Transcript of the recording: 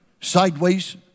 sideways